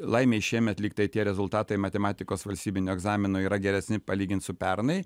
laimei šiemet lyg tai tie rezultatai matematikos valstybinio egzamino yra geresni palygint su pernai